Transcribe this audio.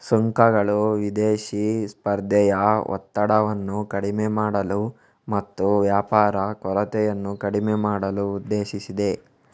ಸುಂಕಗಳು ವಿದೇಶಿ ಸ್ಪರ್ಧೆಯ ಒತ್ತಡವನ್ನು ಕಡಿಮೆ ಮಾಡಲು ಮತ್ತು ವ್ಯಾಪಾರ ಕೊರತೆಯನ್ನು ಕಡಿಮೆ ಮಾಡಲು ಉದ್ದೇಶಿಸಿದೆ